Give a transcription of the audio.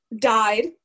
died